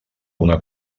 una